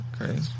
Okay